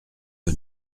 que